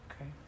Okay